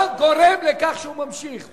אתה גורם לכך שהוא ממשיך.